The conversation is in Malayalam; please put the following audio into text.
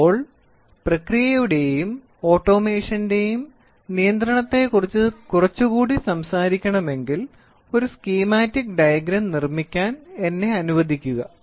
അതിനാൽ പ്രക്രിയകളുടെയും ഓട്ടോമേഷന്റെയും നിയന്ത്രണത്തെക്കുറിച്ച് കുറച്ചുകൂടി സംസാരിക്കണമെങ്കിൽ ഒരു സ്കീമാറ്റിക് ഡയഗ്രം നിർമ്മിക്കാൻ എന്നെ അനുവദിക്കുക